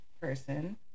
person